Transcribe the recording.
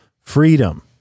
freedom